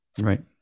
Right